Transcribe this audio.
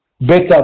better